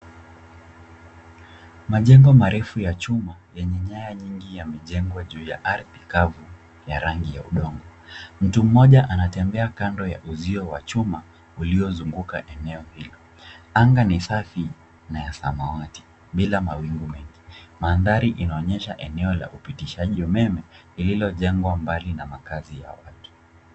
Majengo marefu ya chuma yenye nyaya nyingi ya mijengo juu ya ardhi kavu ya rangi ya udongo. Mtu mmoja anatembea kando ya uzio wa chuma uliozunguka eneo hilo. Anga ni safi na ya samawati bila mawingu mengi. Mandhari inaonyesha eneo la upitishaji umeme lililojengwa mbali na makazi ya watu.